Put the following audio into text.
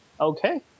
Okay